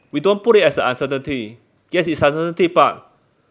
we don't put it as a uncertainty yes it's uncertainty but